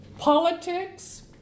Politics